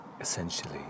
essentially